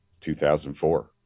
2004